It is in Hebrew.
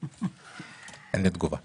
קשיי שפה, קשיי